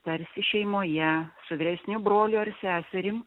tarsi šeimoje su vyresniu broliu ar seserim